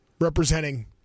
representing